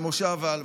במושב עלמה.